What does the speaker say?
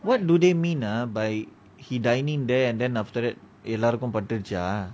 what do they mean ah by he dine in there and then after that எல்லாருக்கும் பாட்டுடுச்சா:ellarukum paatuducha